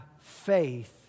faith